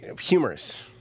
humorous